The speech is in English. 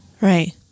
Right